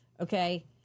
Okay